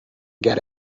get